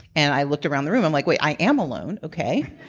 and i looked around the room, i'm like, wait i am alone. okay.